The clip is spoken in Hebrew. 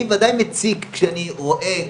לי ודאי מציק כשאני רואה,